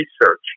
research